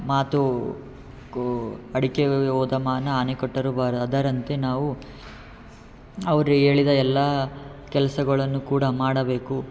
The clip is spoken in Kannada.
ಮಾತು ಕು ಅಡಿಕೆಗೆ ಹೋದ ಮಾನ ಆನೆ ಕೊಟ್ಟರು ಬರಲ್ಲ ಅದರಂತೆ ನಾವು ಅವರು ಹೇಳಿದ ಎಲ್ಲಾ ಕೆಲಸಗಳನ್ನು ಕೂಡ ಮಾಡಬೇಕು